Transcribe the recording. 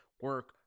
Work